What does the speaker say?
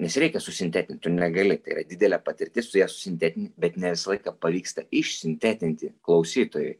nes reikia susintetint tu negali tai yra didelė patirtis tu ją susintetini bet ne visą laiką pavyksta išsintetinti klausytojui